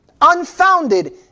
Unfounded